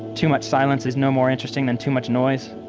too much silence is no more interesting than too much noise